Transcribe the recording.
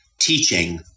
teaching